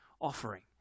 offering